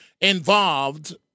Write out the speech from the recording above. involved